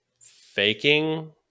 faking